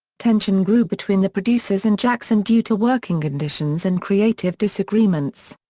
tension grew between the producers and jackson due to working conditions and creative disagreements.